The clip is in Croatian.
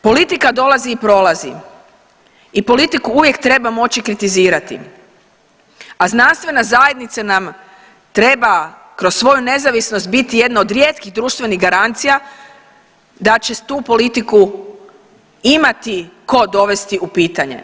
Politika dolazi i prolazi i politiku uvijek treba moći kritizirati, a znanstvena zajednica nam treba kroz svoju nezavisnost biti jedno od rijetkih društvenih garancija da će tu politiku imati tko dovesti u pitanje.